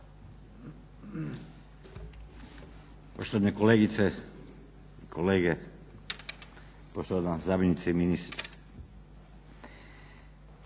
Poštovane kolegice i kolege, poštovana zamjenice ministra.